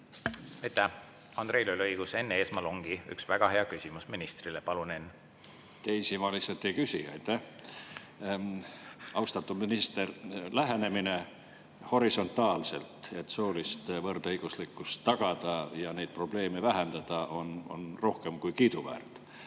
Aitäh! Andreil oli õigus, Enn Eesmaal ongi üks väga hea küsimus ministrile. Palun, Enn! Teisi ma lihtsalt ei küsi. Aitäh! Austatud minister! Lähenemine horisontaalselt, et soolist võrdõiguslikkust tagada ja neid probleeme vähendada, on rohkem kui kiiduväärt.